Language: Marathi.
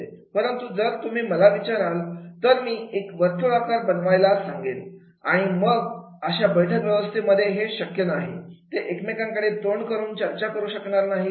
परंतु जर तुम्ही मला विचाराल तर मी एक वर्तुळ बनवायला सांगेन आणि मग अशा बैठक व्यवस्थेमध्ये हे शक्य नाही ते एकमेकांकडे तोंड करून चर्चा करू शकणार नाहीत